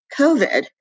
COVID